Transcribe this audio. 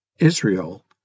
Israel